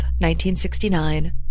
1969